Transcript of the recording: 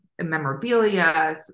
memorabilia